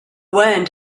wind